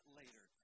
later